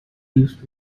used